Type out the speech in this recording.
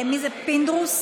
מי זה, פינדרוס?